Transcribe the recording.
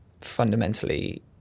fundamentally